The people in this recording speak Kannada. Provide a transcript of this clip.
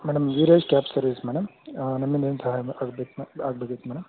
madam Veeresh cab service madam ನಮ್ಮಿಂದ ಏನು ಸಹಾಯ ಆಗ್ಬೇಕು ಮೆ ಆಗ್ಬೇಕಿತ್ತು ಮೇಡಮ್